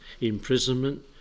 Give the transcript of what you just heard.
imprisonment